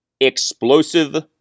explosive